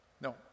No